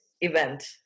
event